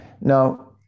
Now